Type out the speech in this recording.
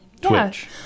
Twitch